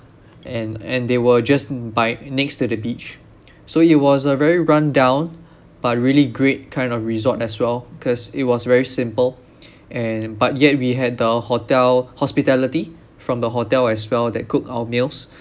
and and they were just by next to the beach so it was a very run down but really great kind of resort as well cause it was very simple and but yet we had the hotel hospitality from the hotel as well that cooked our meals